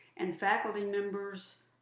and faculty members,